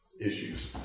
issues